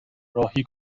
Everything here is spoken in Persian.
راهی